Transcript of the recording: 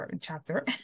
chapter